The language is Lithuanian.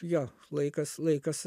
jo laikas laikas